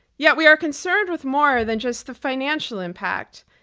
yet we are concerned with more than just the financial impact.